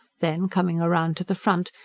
then, coming round to the front,